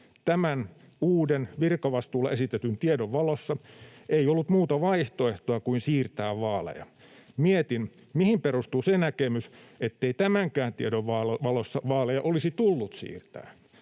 Tämän uuden, virkavastuulla esitetyn tiedon valossa ei ollut muuta vaihtoehtoa kuin siirtää vaaleja. Mietin, mihin perustuu se näkemys, ettei tämänkään tiedon valossa vaaleja olisi tullut siirtää.